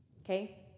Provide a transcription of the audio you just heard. Okay